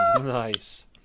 Nice